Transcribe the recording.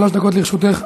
שלוש דקות לרשותך.